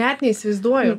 net neįsivaizduoju